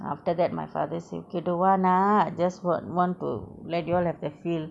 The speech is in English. after that my father say okay don't want ah just want want to let you all have the feel